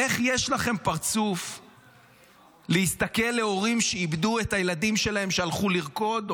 איך יש לכם פרצוף להסתכל להורים שאיבדו את הילדים שלהם כשהלכו לרקוד,